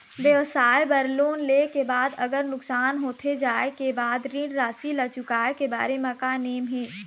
व्यवसाय बर लोन ले के बाद अगर नुकसान होथे जाय के बाद ऋण राशि ला चुकाए के बारे म का नेम हे?